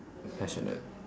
passionate